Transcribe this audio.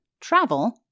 travel